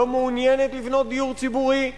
לא מעוניינת לבנות דיור ציבורי,